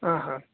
ಹಾಂ ಹಾಂ